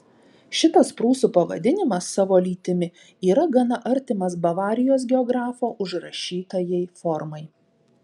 šitas prūsų pavadinimas savo lytimi yra gana artimas bavarijos geografo užrašytajai formai